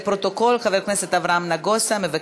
55 חברי כנסת בעד, אחד